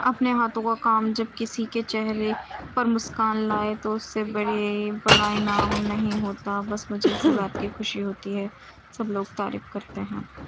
اپنے ہاتھوں کا کام جب کسی کے چہرے پر مسکان لائے تو اس سے بڑے بڑا انعام نہیں ہوتا بس مجھے اسی بات کی خوشی ہوتی ہے سب لوگ تعریف کرتے ہیں